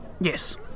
Yes